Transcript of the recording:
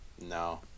No